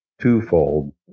twofold